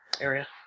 area